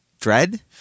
Dread